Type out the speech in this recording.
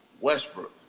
Westbrook